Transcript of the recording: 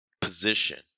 position